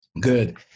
Good